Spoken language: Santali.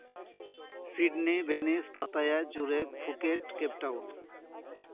ᱥᱤᱰᱱᱤ ᱵᱷᱮᱱᱤᱥ ᱯᱟᱛᱟᱭᱟ ᱡᱩᱨᱮ ᱯᱷᱩᱠᱮᱴ ᱠᱮᱹᱯᱴᱟᱣᱩᱱ